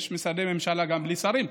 יש משרדי ממשלה גם בלי שרים,